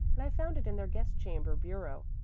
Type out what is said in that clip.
and i found it in their guest-chamber bureau.